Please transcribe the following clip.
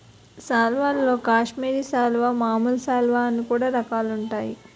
సాల్వల్లో కాశ్మీరి సాలువా, మామూలు సాలువ అని కూడా రకాలుంటాయి